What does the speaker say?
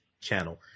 Channel